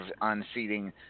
unseating